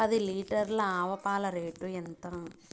పది లీటర్ల ఆవు పాల రేటు ఎంత?